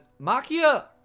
Makia